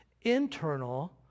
internal